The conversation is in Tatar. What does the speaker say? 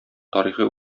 тарихи